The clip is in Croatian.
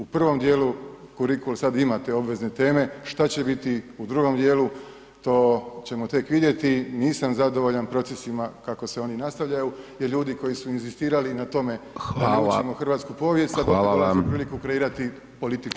U prvom dijelu kurikuluma sad imate obvezne teme, što će biti u drugom dijelu, to ćemo tek vidjeti, nisam zadovoljan procesima kako se oni nastavljaju jer ljudi koji su inzistirali na tome [[Upadica: Hvala.]] da učimo hrvatsku povijest [[Upadica: Hvala vam.]] kreirati politiku…